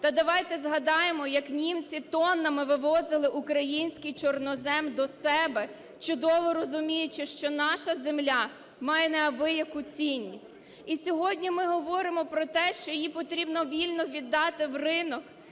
То давайте згадаємо, як німці тоннами вивозили український чорнозем до себе, чудово розуміючи, що наша земля має неабияку цінність. І сьогодні ми говоримо про те, що її потрібно вільно віддати в ринок.